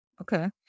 okay